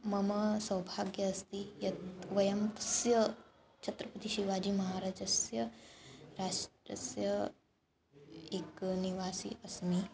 मम सौभाग्यम् अस्ति यत् वयं तस्य छत्रपतिशिवाजीमहाराजस्य राष्ट्रस्य एकः निवासी अस्मि